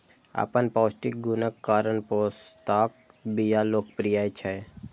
अपन पौष्टिक गुणक कारण पोस्ताक बिया लोकप्रिय छै